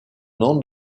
nom